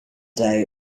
day